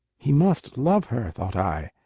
he must love her, thought i,